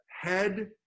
head